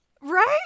right